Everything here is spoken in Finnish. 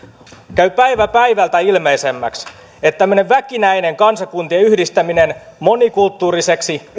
käy päivä päivältä ilmeisemmäksi että tämmöinen väkinäinen kansakuntien yhdistäminen monikulttuuriseksi utopiaksi